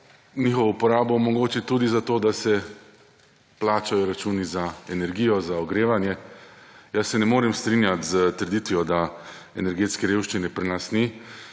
njihovo uporabo omogočiti tudi zato, da se plačajo računi za energijo, za ogrevanje. Jaz se ne morem strinjati s trditvijo, da energetske revščine pri nas ni.